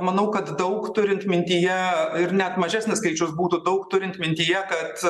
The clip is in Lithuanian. manau kad daug turint mintyje ir net mažesnis skaičius būtų daug turint mintyje kad